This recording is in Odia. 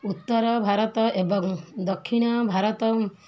ଉତ୍ତର ଭାରତ ଏବଂ ଦକ୍ଷିଣ ଭାରତ